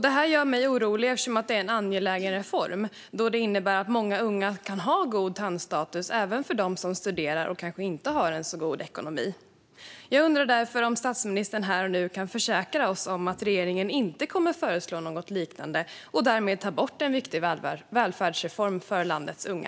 Det gör mig orolig eftersom det är en angelägen reform som innebär att många unga kan ha god tandstatus, även de som studerar och kanske inte har en så god ekonomi. Jag undrar därför om statsministern här och nu kan försäkra oss om att regeringen inte kommer att föreslå något liknande och därmed ta bort en viktig välfärdsreform för landets unga.